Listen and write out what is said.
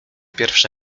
pierwsze